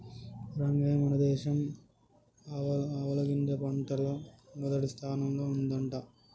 రంగయ్య మన దేశం ఆవాలగింజ పంటల్ల మొదటి స్థానంల ఉండంట